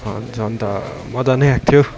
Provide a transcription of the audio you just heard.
झन् त मजा नै आएको थियो